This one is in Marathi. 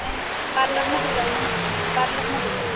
नाही पार्लरमध्ये जाऊ ना मग पार्लरमध्ये जाऊ